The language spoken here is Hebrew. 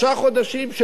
שלא קורה היום?